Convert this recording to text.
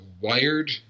wired